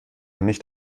nicht